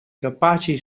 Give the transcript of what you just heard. capaci